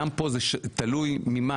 גם פה זה תלוי ממה,